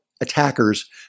attackers